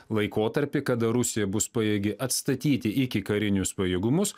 laikotarpį kada rusija bus pajėgi atstatyti ikikarinius pajėgumus